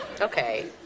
Okay